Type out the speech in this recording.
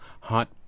hot